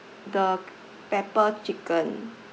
the pepper chicken